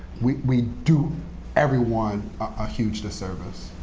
we we do everyone a huge disservice.